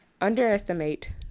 underestimate